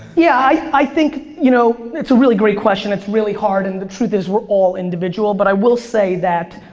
yeah, i think, you know it's a really great question. it's really hard, and the truth is we're all individual. but i will say that